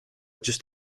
just